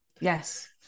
Yes